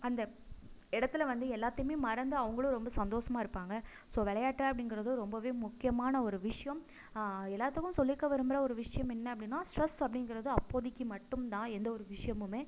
அந்த இடத்துல வந்து எல்லோத்தையுமே மறந்து அவங்களும் ரொம்ப சந்தோஷமா இருப்பாங்க ஸோ விளையாட்டு அப்படிங்கிறதும் ரொம்ப முக்கியமான ஒரு விஷயம் எல்லோத்துக்கும் சொல்லிக்க விரும்புகிற ஒரு விஷயம் என்ன அப்படின்னா ஸ்ட்ரெஸ் அப்படிங்கிறது அப்போதைக்கு மட்டும் தான் எந்த ஒரு விஷயமுமே